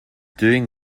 doing